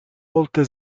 molte